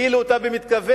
הם הפילו אותה במתכוון.